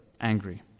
angry